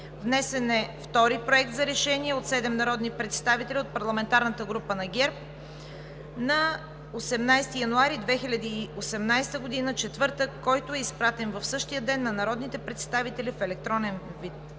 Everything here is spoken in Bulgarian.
Внесен е втори Проект за решение от седем народни представители от парламентарната група на ГЕРБ на 18 януари 2018 г., четвъртък, който е изпратен в същия ден на народните представители в електронен вид.